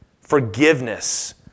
Forgiveness